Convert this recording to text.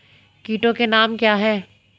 कीटों के नाम क्या हैं?